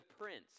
prince